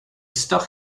stuck